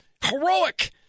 Heroic